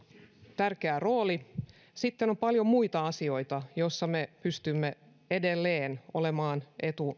tärkeä rooli sitten on on paljon muita asioita joissa me pystymme edelleen olemaan